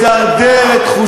כבר עבר, כבר עברתם שם.